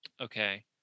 Okay